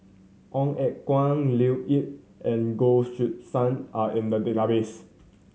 Ong Eng Guan Leo Yip and Goh Choo San are in the database